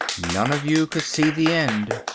none of you could see the end.